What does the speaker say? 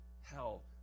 hell